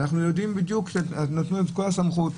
ואנחנו יודעים בדיוק שנתנו את כל הסמכות,